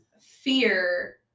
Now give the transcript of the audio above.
fear